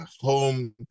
home